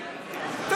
החוק של סולברג,